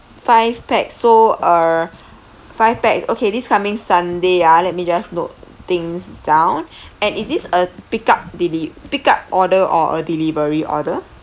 five pax so err five pax okay this coming sunday ah let me just note things down and is this a pick up deli~ pick up order or a delivery order